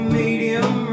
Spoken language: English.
medium